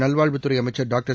நல்வாழ்வுத்துறை அமைச்சா் டாக்டர்